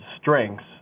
strengths